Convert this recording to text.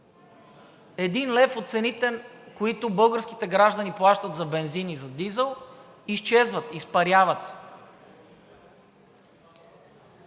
Един лев от цените, които българските граждани плащат за бензин и за дизел, изчезват, изпаряват